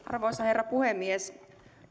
arvoisa herra puhemies